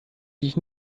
dich